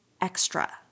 extra